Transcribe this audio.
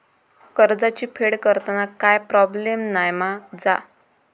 कर्जाची फेड करताना काय प्रोब्लेम नाय मा जा?